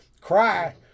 Cry